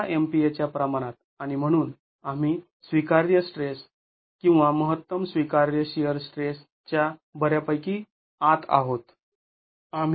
११ MPa च्या प्रमाणात आणि म्हणून आम्ही स्वीकार्य स्ट्रेस किंवा महत्तम स्वीकार्य शिअर स्ट्रेस च्या बऱ्यापैकी आत आहोत